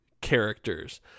Characters